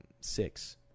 six